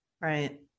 right